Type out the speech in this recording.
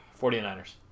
49ers